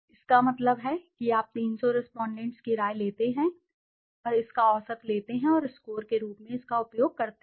इसका मतलब है कि आप 300 रेस्पोंडेंट्स की राय लेते हैं और इसका औसत लेते हैं और स्कोर के रूप में इसका उपयोग करते हैं